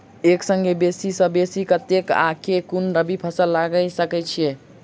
एक संगे बेसी सऽ बेसी कतेक आ केँ कुन रबी फसल लगा सकै छियैक?